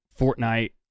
Fortnite